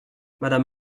madame